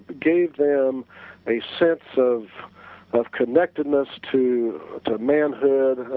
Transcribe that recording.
gave them a sense of of connectedness to manhood,